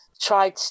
tried